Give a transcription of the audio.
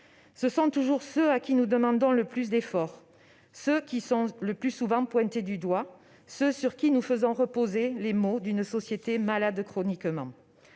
C'est toujours à eux que nous demandons le plus d'efforts. Ce sont ceux qui sont le plus souvent pointés du doigt ou sur qui nous faisons reposer les maux d'une société malade de manière